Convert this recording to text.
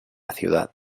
ciudad